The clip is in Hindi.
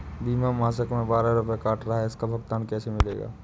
बीमा मासिक में बारह रुपय काट रहा है इसका भुगतान कैसे मिलेगा?